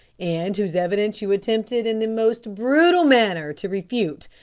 and whose evidence you attempted in the most brutal manner to refute,